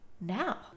now